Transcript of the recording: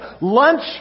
Lunch